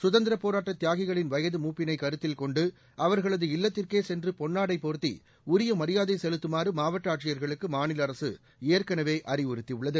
சுதந்திரப் போராட்ட தியாகிகளின் வயது மூப்பினை கருத்தில் கொண்டு அவர்களது இல்லத்திற்கே சென்று பொன்னாடை போர்த்தி உரிய மரியாதை செலுத்தமாறு மாவட்ட ஆட்சியர்களுக்கு மாநில அரசு ஏற்கனவே அறிவுறுத்தியுள்ளது